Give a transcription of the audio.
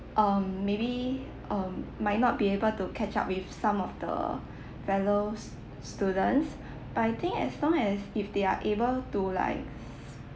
um maybe um might not be able to catch up with some of the fellows students but I think as long as if they're able to like